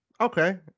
okay